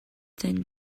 than